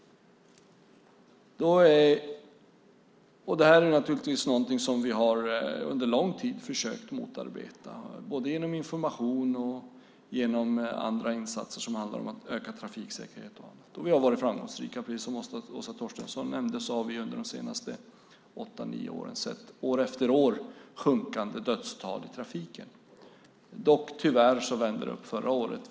Det är naturligtvis något som vi under lång tid har försökt att motarbeta, både med hjälp av information och med hjälp av andra insatser som handlar om att öka trafiksäkerheten. Vi har varit framgångsrika. Precis som Åsa Torstensson nämnde har vi under de senaste åtta nio åren, år efter år, sett sjunkande dödstal i trafiken. Tyvärr vände talet upp förra året.